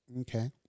Okay